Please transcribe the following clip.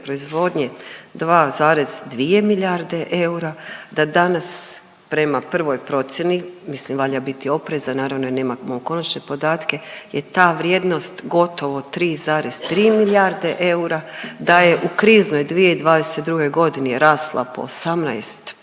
proizvodnje 2,2 milijarde eura, da danas prema prvoj procjeni, mislim, valja biti oprezan, naravno jer nemamo konačne podatke, je ta vrijednost gotovo 3,3 milijardne eura, da je u kriznoj 2022. rasla po 18%,